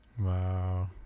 Wow